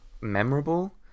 memorable